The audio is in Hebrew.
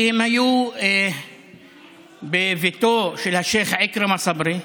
כי הם היו בביתו של השייח' עכרמה סברי,